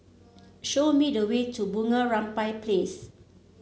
show me the way to Bunga Rampai Place